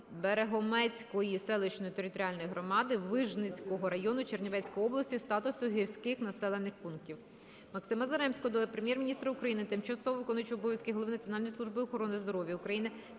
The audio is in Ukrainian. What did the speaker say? Берегометської селищної територіальної громади Вижницького району Чернівецької області статусу гірських населених пунктів.